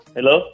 Hello